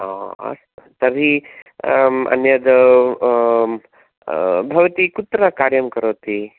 ओ अस्तु तर्हि अन्यद् भवति कुत्र कार्यं करोति